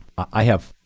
i have